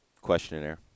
questionnaire